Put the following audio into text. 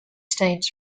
stains